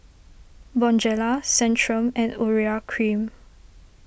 Bonjela Centrum and Urea Cream